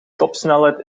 topsnelheid